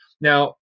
now